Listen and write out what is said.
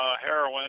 heroin